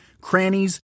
crannies